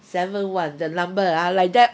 seven one the number ah like that